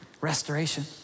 Restoration